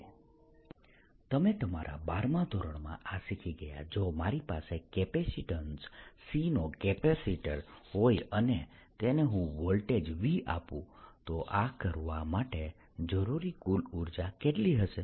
W02E2dV dV તમે તમારા બારમાં ધોરણમાં આ શીખી ગયા જો મારી પાસે કેપેસિટન્સ C નો કેપેસિટર હોય અને તેને હું વોલ્ટેજ V આપું તો આવું કરવા માટે જરૂરી કુલ ઉર્જા કેટલી હશે